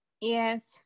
Yes